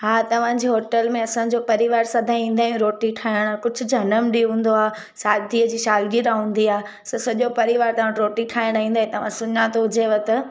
हा तव्हांजे होटल में असांजो परिवार सदाईं ईंदा आहियूं रोटी खाइणु कुझु ॼनमु ॾींहुं हूंदो आहे शादीअ जी सालगिरह हूंदी आहे त सॼो परिवार तव्हां वटि रोटी ठाहिणु ईंदा आहिनि तव्हां सुञातो हुजेव त